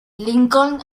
lincoln